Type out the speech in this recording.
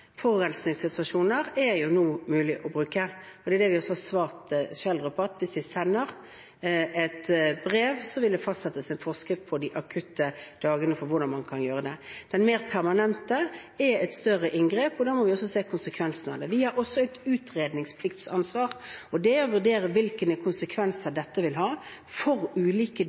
forurensningssituasjoner er det jo nå mulig å bruke. Det er det vi også har svart Schjelderup, at hvis man sender et brev, vil det fastsettes en forskrift for hvordan man kan gjøre det på de akutte dagene. Det mer permanente er et større inngrep, og da må vi også se på konsekvensene av det. Vi har også utredningsplikt og -ansvar, og det er å vurdere hvilke konsekvenser dette vil ha for ulike